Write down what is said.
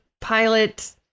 pilot